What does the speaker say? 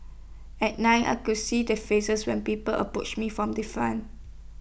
at night I could see the faces when people approached me from the front